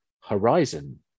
horizon